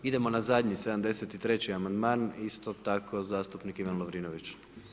Idemo na zadnje 73. amandman, isto tako zastupnik Ivan Lovrinović.